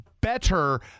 better